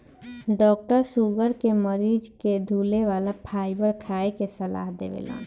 doctor sugar के मरीज के धुले वाला फाइबर खाए के सलाह देवेलन